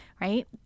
right